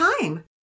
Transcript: time